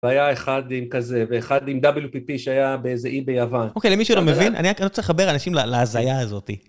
והיה אחד עם כזה, ואחד עם WPP שהיה באיזה אי ביוון. אוקיי, למי שלא מבין, אני רק רוצה לחבר אנשים להזייה הזאת.